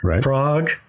Prague